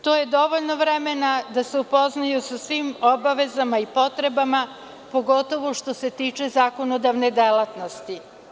To je dovoljno vremena da se upoznaju sa svim obavezama i potrebama, pogotovo što se tiče zakonodavne delatnosti.